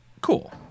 Cool